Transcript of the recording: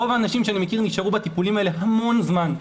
רוב האנשים שאני מכיר נשארו בטיפולים האלה המון זמן.